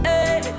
Hey